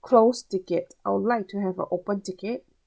closed ticket I would like to have a open ticket